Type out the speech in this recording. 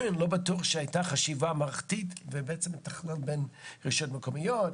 לא בטוח שהייתה חשיבה מערכתית ובעצם לתכלל בין רשויות מקומיות,